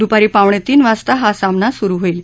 दुपारी पावणे तीन वाजता हा सामना सुरु होईल